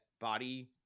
body